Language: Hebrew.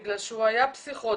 בגלל שהוא היה פסיכוטי,